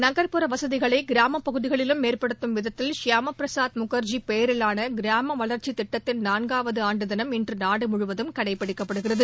நகர்ப்புற வசதிகளை கிராமப் பகுதிகளிலும் ஏற்படுத்தும் விதத்தில் ஷியாமா பிரசாத் முகா்ஜி பெயரிலான கிராம வளர்ச்சித் திட்டத்தின் நான்காவது ஆண்டு தினம் இன்று நாடு முழுவதும் கடைபிடிக்கப்படுகிறது